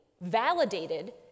validated